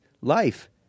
life